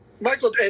Michael